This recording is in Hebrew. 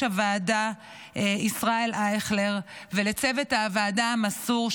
הוועדה ישראל אייכלר ולצוות הוועדה המסור,